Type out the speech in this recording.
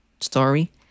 story